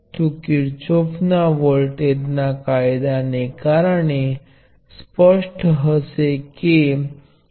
અહીયા કુલ voltage Vx એ V 1 V 2 છે જો તમે આ બે નો સરવાળો કરશો તો તમે જોશો કે તે dIdt છે